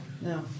No